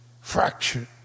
Fractured